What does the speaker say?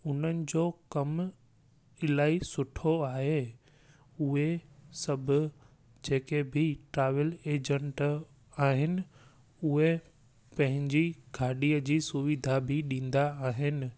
उन्हनि जो कमु इलाही सुठो आहे उहे सभु जेके बि ट्रेवल एजेंट आहिनि उहे पंहिंजी ॻाडीअ जी सुविधा बि ॾींदा आहिनि